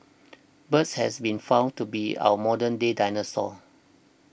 birds have been found to be our modern day dinosaurs